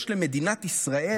יש למדינת ישראל,